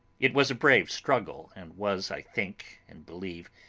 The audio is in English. it was a brave struggle and was, i think and believe,